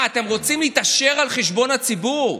מה, אתם רוצים להתעשר על חשבון הציבור?